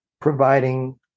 providing